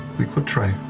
we could try